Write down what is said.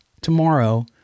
tomorrow